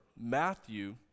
Matthew